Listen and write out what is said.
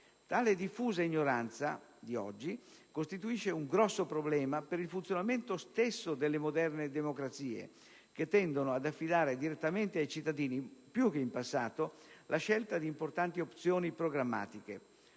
Tale diffusa ignoranza costituisce un grosso problema per il funzionamento stesso delle moderne democrazie, che tendono ad affidare direttamente ai cittadini, più che in passato, la scelta di importanti opzioni programmatiche.